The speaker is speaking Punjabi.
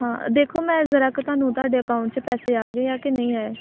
ਹਾਂ ਦੇਖੋ ਮੈਂ ਜ਼ਰਾ ਕੁ ਤੁਹਾਨੂੰ ਤੁਹਾਡੇ ਅਕਾਊਂਟ 'ਚ ਪੈਸੇ ਆ ਗਏ ਆ ਕਿ ਨਹੀਂ ਆਏ